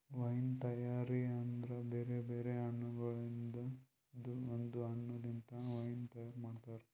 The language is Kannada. ವೈನ್ ತೈಯಾರಿ ಅಂದುರ್ ಬೇರೆ ಬೇರೆ ಹಣ್ಣಗೊಳ್ದಾಂದು ಒಂದ್ ಹಣ್ಣ ಲಿಂತ್ ವೈನ್ ತೈಯಾರ್ ಮಾಡ್ತಾರ್